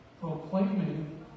proclaiming